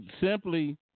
Simply